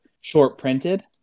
short-printed